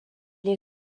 est